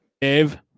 Dave